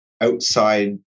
outside